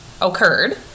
occurred